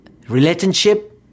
relationship